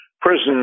prison